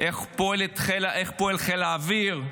איך פועל חיל האוויר,